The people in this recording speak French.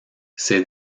ses